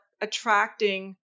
attracting